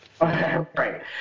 right